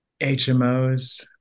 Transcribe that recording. HMOs